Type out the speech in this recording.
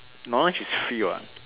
knowledge is free what